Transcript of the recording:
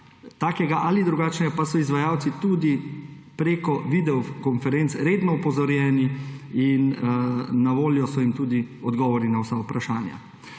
takega ali drugačnega, pa so izvajalci tudi preko videokonference redno opozorjeni, na voljo pa so jim tudi odgovori na vsa vprašanja.